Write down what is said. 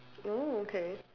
oh okay